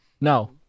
No